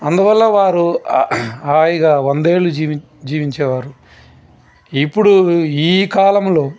అందువల్ల వారు హాయిగా వంద ఏళ్లు జీవిం జీవించేవారు ఇప్పుడు ఈ కాలంలో